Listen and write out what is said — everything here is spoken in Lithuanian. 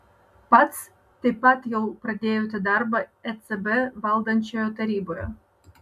pats taip pat jau pradėjote darbą ecb valdančioje taryboje